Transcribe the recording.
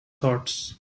thoughts